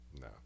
No